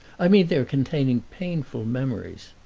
i mean their containing painful memories.